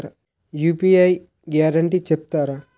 UPI guarantee చెప్తారా?